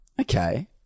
okay